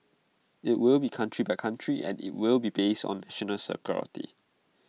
IT will be country by country and IT will be based on national